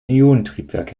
ionentriebwerk